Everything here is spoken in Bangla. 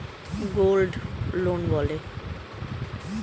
কোনো সিকিউরিটির ওপর যে টাকা পাওয়া যায় তাকে ইল্ড বলে